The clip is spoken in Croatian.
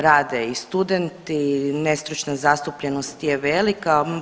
Rade i studenti, nestručna zastupljenost je velika.